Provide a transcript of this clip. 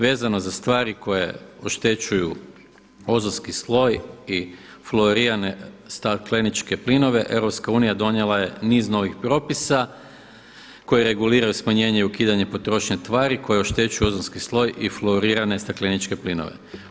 Vezano za stvari koje oštećuju ozonski sloj i fluorirane stakleničke plinove EU donijela je niz novih propisa koji reguliraju smanjenje i ukidanje potrošnje tvari koje oštećuju ozonski sloj i fluorirane stakleničke plinove.